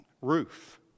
Roof